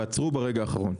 ועצרו ברגע האחרון.